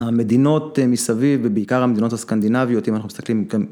המדינות מסביב ובעיקר המדינות הסקנדינביות אם אנחנו מסתכלים